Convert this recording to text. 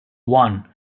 won